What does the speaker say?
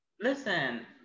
Listen